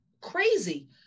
crazy